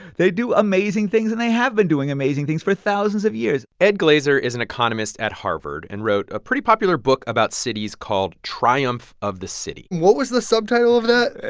they do amazing things, and they have been doing amazing things for thousands of years ed glaeser is an economist at harvard and wrote a pretty popular book about cities called triumph of the city. what was the subtitle of that?